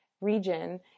region